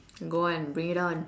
go on bring it on